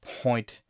point